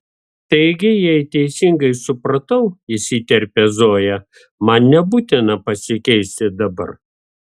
taigi jei teisingai supratau įsiterpia zoja man nebūtina pasikeisti dabar